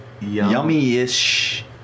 Yummy-ish